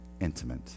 intimate